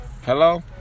Hello